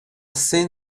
thin